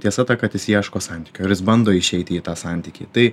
tiesa ta kad jis ieško santykio ir jis bando išeiti į tą santykį tai